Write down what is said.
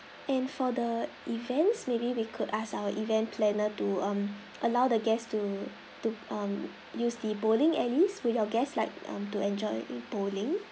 and for the events maybe we could ask our event planner to err allow the guest to to um use the bowling alleys will your guests like emm to enjoy bowling